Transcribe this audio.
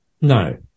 no